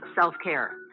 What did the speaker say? self-care